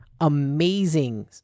amazing